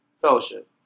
fellowship